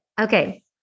Okay